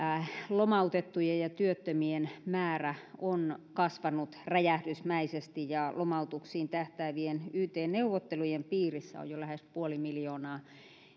lomautettujen ja työttömien määrä on kasvanut räjähdysmäisesti ja lomautuksiin tähtäävien yt neuvottelujen piirissä on jo lähes puoli miljoonaa